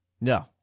No